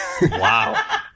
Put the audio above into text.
Wow